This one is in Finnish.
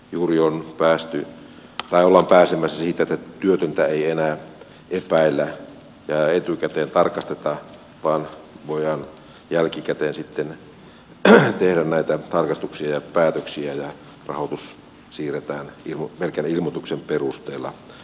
juuri ollaan pääsemässä siitä että työtöntä ei enää epäillä ja etukäteen tarkasteta vaan voidaan jälkikäteen sitten tehdä näitä tarkastuksia ja päätöksiä ja rahoitus siirretään pelkän ilmoituksen perusteella